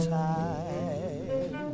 time